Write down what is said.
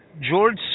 George